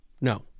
No